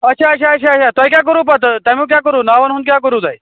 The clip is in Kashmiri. اَچھا اَچھا اَچھا اَچھا تۄہہِ کیٛاہ کوٚروٕ پتہٕ تَمیُک کیٛاہ کوٚروٕ ناوَن ہُنٛد کیٛاہ کوٚروٕ تۄہہِ